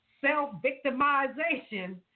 self-victimization